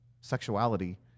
sexuality